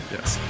Yes